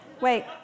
Wait